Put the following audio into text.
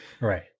Right